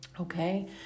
Okay